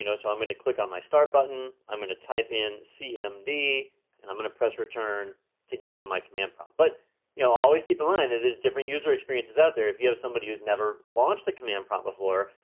you know so i'm gonna click on my start button. i'm gonna type in cmd and i'm going to press return to get into my command prompt but you know always keep in mind, that there's different user experiences out there. if you have somebody who's never launched the command prompt before,